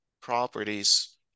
properties